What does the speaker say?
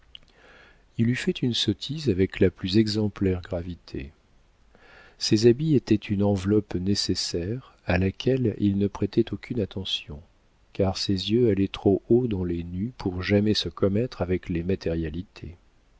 il eût fait une sottise avec la plus exemplaire gravité ses habits étaient une enveloppe nécessaire à laquelle il ne prêtait aucune attention car ses yeux allaient trop haut dans les nues pour jamais se commettre avec les matérialités